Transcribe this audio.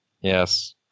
Yes